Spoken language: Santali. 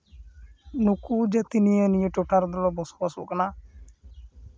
ᱱᱩᱠᱩ ᱡᱟᱹᱛᱤ ᱱᱤᱭᱮ ᱱᱤᱭᱟᱹ ᱴᱚᱴᱷᱟ ᱨᱮᱫᱚᱞᱮ ᱵᱚᱥᱚᱵᱟᱥᱚᱜ ᱠᱟᱱᱟ